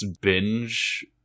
binge